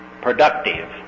productive